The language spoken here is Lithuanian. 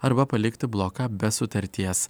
arba palikti bloką be sutarties